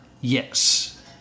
Yes